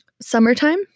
summertime